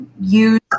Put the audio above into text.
use